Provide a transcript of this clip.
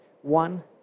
one